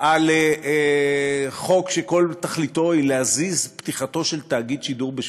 על חוק שכל תכליתו היא להזיז פתיחתו של תאגיד שידור בשבועיים,